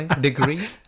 degree